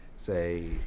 Say